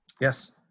Yes